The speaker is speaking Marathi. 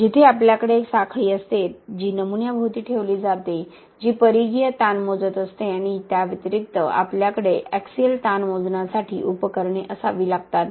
जिथे आपल्याकडे एक साखळी असते जी नमुन्याभोवती ठेवली जाते जी परिघीय ताण मोजत असते आणि त्याव्यतिरिक्त आपल्याकडे एक्सियल ताण मोजण्यासाठी उपकरणे असावी लागतात